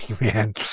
man